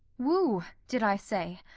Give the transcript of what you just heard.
woo, did i say?